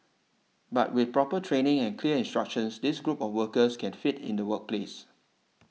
but with proper training and clear instructions this group of workers can fit in the workplace